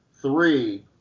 Three